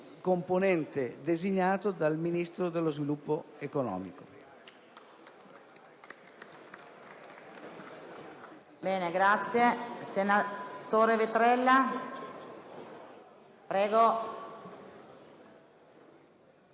nessuno è designato dal Ministro dello Sviluppo Economico;